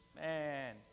Man